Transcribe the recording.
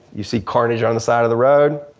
you see carnage on the side of the road,